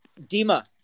Dima